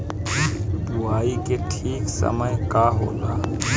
बुआई के ठीक समय का होला?